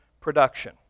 production